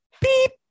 Beep